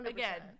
again